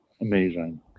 amazing